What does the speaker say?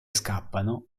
scappano